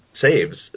saves